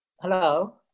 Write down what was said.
Hello